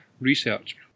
research